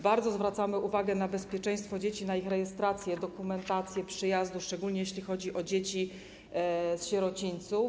Bardzo zwracamy uwagę na bezpieczeństwo dzieci, na ich rejestrację, dokumentację przyjazdu, szczególnie jeśli chodzi o dzieci z sierocińców.